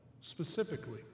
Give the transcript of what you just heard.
specifically